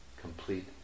Complete